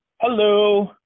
Hello